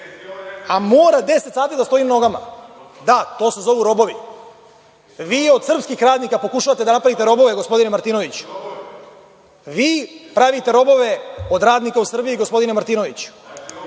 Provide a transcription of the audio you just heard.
ti ovo rekao ili nisi rekao?)Da, to se zovu robovi. Vi od srpskih radnika pokušavate da napravite robove, gospodine Martinoviću. Vi pravite robove od radnika u Srbiji, gospodine Martinoviću,